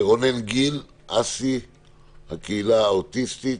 רונן גיל, הקהילה האוטיסטית.